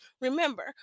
Remember